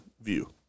view